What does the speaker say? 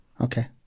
Okay